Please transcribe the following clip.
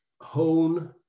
hone